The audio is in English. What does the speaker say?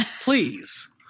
please